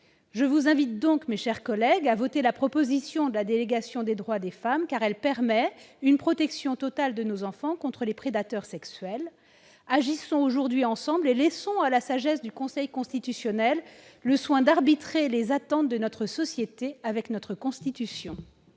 Je vous invite, mes chers collègues, à voter la proposition de la délégation aux droits des femmes, car elle permet une protection totale de nos enfants contre les prédateurs sexuels. Agissons aujourd'hui ensemble et laissons à la sagesse du Conseil constitutionnel le soin d'arbitrer entre les attentes de notre société et notre Constitution